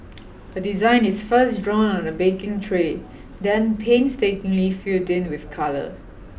a design is first drawn on a baking tray then painstakingly filled in with colour